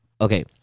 Okay